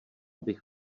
bych